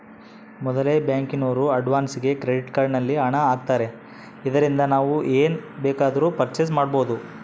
ಮೊದಲೆ ಬ್ಯಾಂಕಿನೋರು ಅಡ್ವಾನ್ಸಾಗಿ ಕ್ರೆಡಿಟ್ ಕಾರ್ಡ್ ನಲ್ಲಿ ಹಣ ಆಗ್ತಾರೆ ಇದರಿಂದ ನಾವು ಏನ್ ಬೇಕಾದರೂ ಪರ್ಚೇಸ್ ಮಾಡ್ಬಬೊದು